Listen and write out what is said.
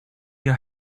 your